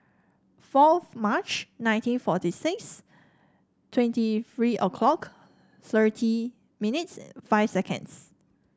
forth March nineteen forty six twenty three a clock thirty minutes five seconds